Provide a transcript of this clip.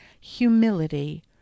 humility